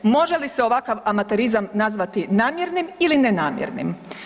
Može li se ovakav amaterizam nazvati namjernim ili ne namjernim?